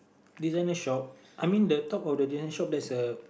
designer shop I mean the top of the designer shop there's a